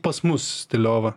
pas mus stiliova